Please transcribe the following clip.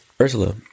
Ursula